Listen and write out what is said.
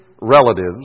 relatives